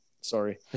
sorry